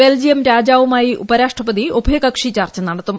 Belgium രാജാവുമായി ഉപരാഷ്ട്രപ്പതി ഉഭയകക്ഷി ചർച്ച നടത്തും